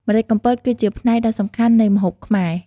ម្រេចកំពតគឺជាផ្នែកដ៏សំខាន់នៃម្ហូបខ្មែរ។